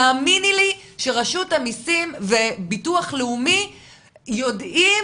תאמיני לי שרשות המסים וביטוח לאומי יודעים